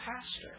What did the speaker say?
pastor